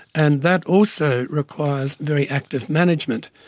and that also requires very active management.